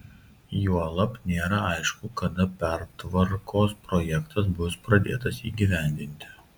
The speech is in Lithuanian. juolab nėra aišku kada pertvarkos projektas bus pradėtas įgyvendinti